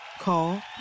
Call